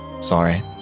Sorry